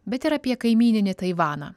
bet ir apie kaimyninį taivaną